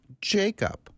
Jacob